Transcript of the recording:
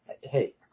Hey